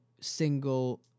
single